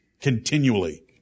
continually